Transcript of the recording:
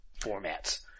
formats